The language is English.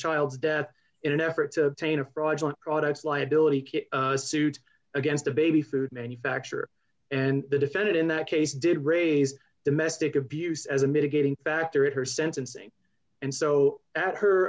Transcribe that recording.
child's death in an effort to paint a fraudulent products liability suit against a baby food manufacturer and the defendant in that case did raise domestic abuse as a mitigating factor in her sentencing and so at her